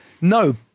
no